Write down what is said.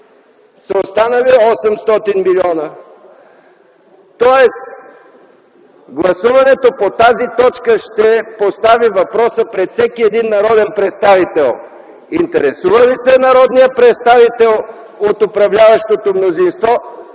са останали 800 млн. лв. Тоест, гласуването по тази точка ще постави въпроса пред всеки един народен представител: интересувал ли се е народният представител от управляващото мнозинство